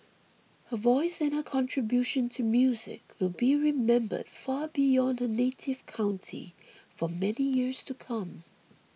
her voice and her contribution to music will be remembered far beyond her native county for many years to come